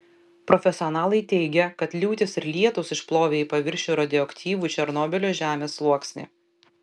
profesionalai teigia kad liūtys ir lietūs išplovė į paviršių radioaktyvų černobylio žemės sluoksnį